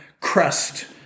crest